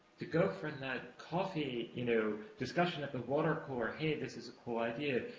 to go from that coffee, you know discussion at the water cooler this is a cool idea,